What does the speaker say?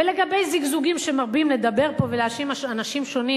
ולגבי זיגזוגים שמרבים פה לדבר ולהאשים אנשים שונים